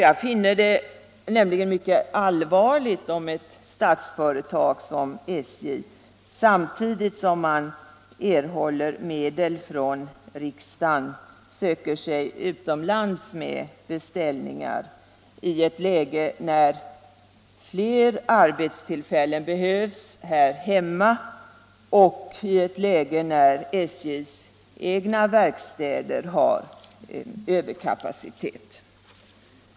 Jag finner det nämligen mycket allvarligt om ett statsföretag som SJ samtidigt som det erhåller medel från riksdagen söker sig utomlands med beställningar i ett läge där fler arbetstillfällen behövs här hemma och där SJ:s egna verkstäder har överkapacitet.